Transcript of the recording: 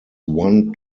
one